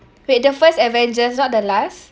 wait the first avengers not the last